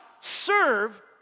serve